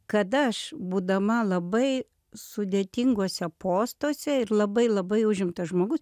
kada aš būdama labai sudėtinguose postuose ir labai labai užimtas žmogus